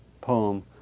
poem